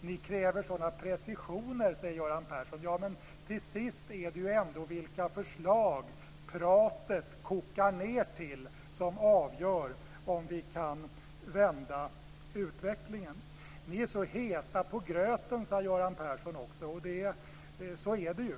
"Ni kräver sådan precision", sade Göran Persson. Ja, men till sist är det ändå vilka förslag som pratet kokar ned till som avgör om vi kan vända utvecklingen. "Ni är så heta på gröten", sade Göran Persson också. Så är det ju.